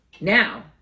now